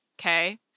okay